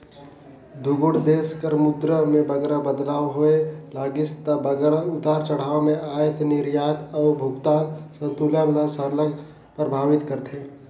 दुगोट देस कर मुद्रा में बगरा बदलाव होए लगिस ता बगरा उतार चढ़ाव में अयात निरयात अउ भुगतान संतुलन ल सरलग परभावित करथे